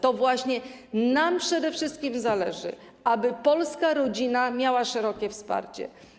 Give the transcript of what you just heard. To właśnie na tym nam przede wszystkim zależy, aby polska rodzina miała szerokie wsparcie.